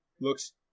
looks